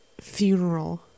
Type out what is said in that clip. funeral